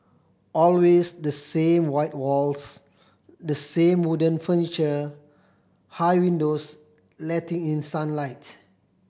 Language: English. always the same white walls the same wooden furniture high windows letting in sunlight